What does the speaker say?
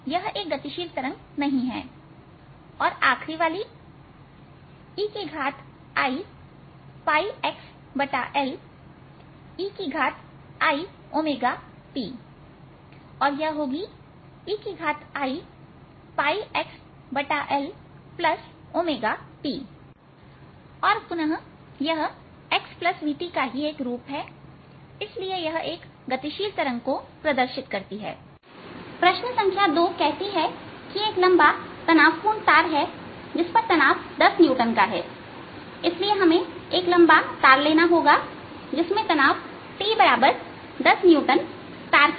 यह एक गतिशील तरंग नहीं है और आखिरी वाली eiπxLeiωtऔर यह होगी eiπxLωt और पुनः यह xvt का ही एक रूप है और इसलिए यह एक गतिशील तरंग को प्रदर्शित करती है प्रश्न संख्या दो कहती है कि एक लंबा तनावपूर्ण तार जिस पर तनाव 10 न्यूटन का है इसलिए हमें एक लंबा तार लेना होगा जिसमें तनाव T10 न्यूटन तार के एक सिरे पर रखा गया है